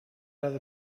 other